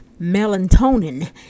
melatonin